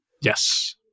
Yes